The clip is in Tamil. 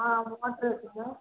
ஆ அங்கே மோட்ரு இருக்குதுங்க